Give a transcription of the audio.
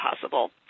possible